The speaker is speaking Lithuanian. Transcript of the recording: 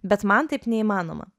bet man taip neįmanoma